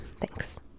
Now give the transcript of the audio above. Thanks